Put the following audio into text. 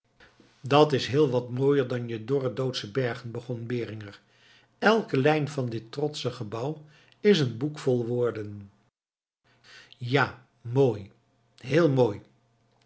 dat is heel wat mooier dan je dorre doodsche bergen begon beringer elke lijn van dit trotsche gebouw is een boek vol woorden ja mooi heel mooi